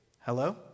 Hello